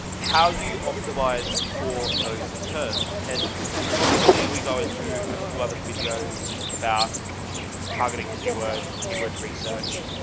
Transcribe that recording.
how do you optimize for those terms? and obviously we go into a few other videos about targeting keywords and keyword research.